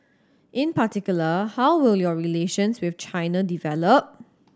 in particular how will your relations with China develop